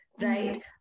Right